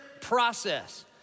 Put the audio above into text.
process